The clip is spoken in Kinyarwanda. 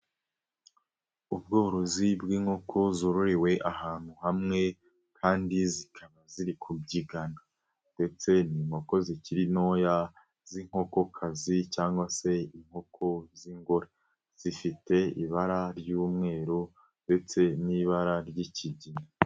Ubworozi bw'inkoko zororewe ahantu hamwe kandi zikaba ziri kubyigana ndetse n'inkoko zikiri ntoya z'inkokokazi cyangwa se inkoko z'ingore, zifite ibara ry'umweru ndetse n'ibara ry'ikigina.